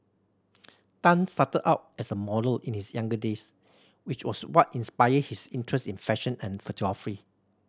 Tan started out as a model in his younger days which was what inspired his interest in fashion and photography